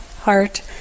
heart